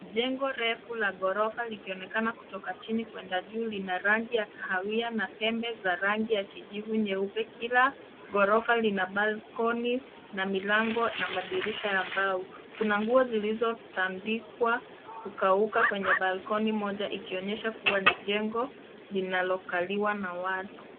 Jengo refu la ghorofa likionekana kutoka chini kuenda juu lina rangi ya kahawia na pembe za rangi ya kijivu nyeupe. Kila ghorofa lina balconies , na milango na madirisha ya mbao. Kuna nguo zilizotandikwa kukauka kwenye balkoni moja ikionyesha kuwa ni jengo linalokaliwa na watu.